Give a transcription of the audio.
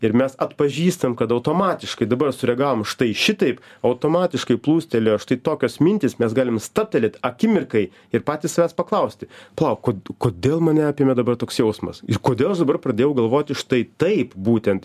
ir mes atpažįstam kad automatiškai dabar sureagavom štai šitaip automatiškai plūstelėjo štai tokios mintys mes galim stabtelėt akimirkai ir patys savęs paklausti palauk kodėl mane apėmė dabar toks jausmas ir kodėl aš dabar pradėjau galvoti štai taip būtent